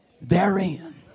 therein